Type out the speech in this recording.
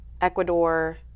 Ecuador